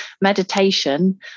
Meditation